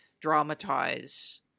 dramatize